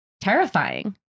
terrifying